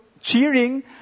cheering